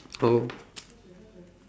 oh